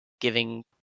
giving